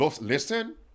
Listen